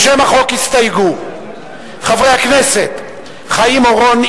לשם החוק הסתייגו חברי הכנסת חיים אורון,